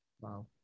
Wow